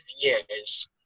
years